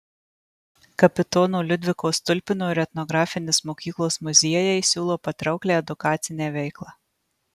kapitono liudviko stulpino ir etnografinis mokyklos muziejai siūlo patrauklią edukacinę veiklą